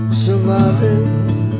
surviving